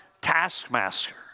taskmaster